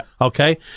Okay